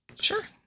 Sure